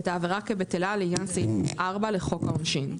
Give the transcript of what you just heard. את העבירה כבטלה לעניין סעיף 4 לחוק העונשין.